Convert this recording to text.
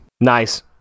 Nice